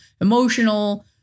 emotional